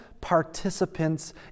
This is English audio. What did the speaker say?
participants